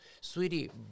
Sweetie